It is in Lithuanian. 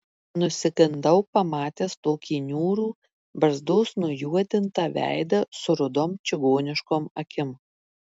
nusigandau pamatęs tokį niūrų barzdos nujuodintą veidą su rudom čigoniškom akim